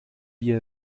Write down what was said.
wir